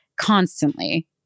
constantly